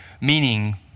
meaning